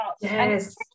yes